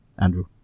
Andrew